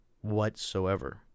whatsoever